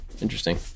Interesting